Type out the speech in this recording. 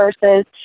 versus